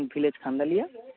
village Khandalia